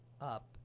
up